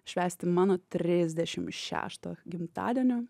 švęsti mano trisdešim šešto gimtadienio